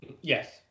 Yes